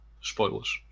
Spoilers